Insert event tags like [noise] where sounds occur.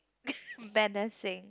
[laughs] menacing